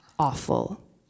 awful